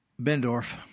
Bendorf